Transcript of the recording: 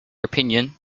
opinion